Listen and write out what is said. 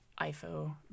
ifo